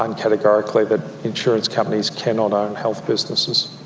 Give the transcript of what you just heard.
um categorically that insurance companies cannot own health businesses.